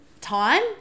time